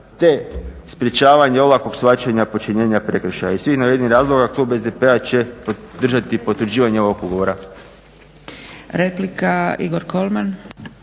te sprječavanje olakog shvaćanja počinjenja prekršaja. Iz tih navedenih razloga klub SDP-a će podržati potvrđivanje ovog ugovora. **Zgrebec,